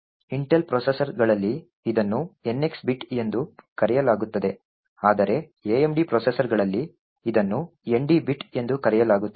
Intel ಪ್ರೊಸೆಸರ್ಗಳಲ್ಲಿ ಇದನ್ನು NX bit ಎಂದು ಕರೆಯಲಾಗುತ್ತದೆ ಆದರೆ AMD ಪ್ರೊಸೆಸರ್ಗಳಲ್ಲಿ ಇದನ್ನು ND ಬಿಟ್ ಎಂದು ಕರೆಯಲಾಗುತ್ತದೆ